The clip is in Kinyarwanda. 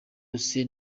yose